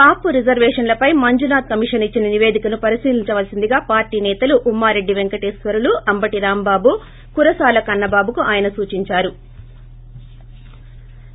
కాపు రిజర్వేషన్లపై మంజునాథ్ కమిషన్ ఇచ్చిన నిపేదికను పరిశీలిందాల్సిందిగా పార్టీ నేతలు ఉమ్మారెడ్డి పెంకటేశ్వర్లు అంబటి రాంబాబు కురసాల కన్న బాబుకు ఆయన సూచించారు